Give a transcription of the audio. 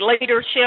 leadership